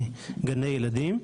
בגני ילדים.